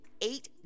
eight